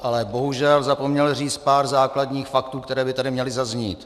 Ale bohužel zapomněl říct pár základních faktů, které by tady měly zaznít.